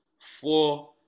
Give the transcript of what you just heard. Four